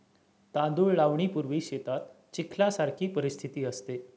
तांदूळ लावणीपूर्वी शेतात चिखलासारखी परिस्थिती असते